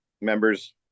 members